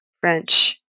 French